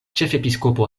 ĉefepiskopo